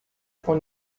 for